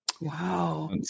Wow